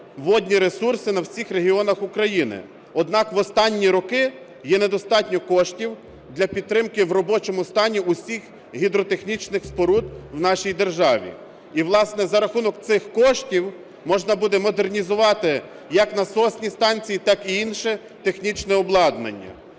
водні ресурси на всі регіони України. Однак в останні роки є недостатньо коштів для підтримки в робочому стані всіх гідротехнічних споруд в нашій державі. І, власне, за рахунок цих коштів можна буде модернізувати як насосні станції, так і інше технічне обладнання.